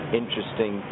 interesting